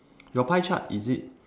your pie chart is it